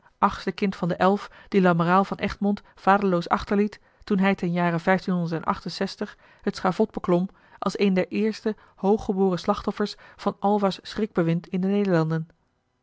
van de elf die lamoraal van egmond vaderloos achterliet toen hij ten jare het schavot beklom als een der eerste hooggeboren slachtoffers van alba's schrikbewind in de nederlanden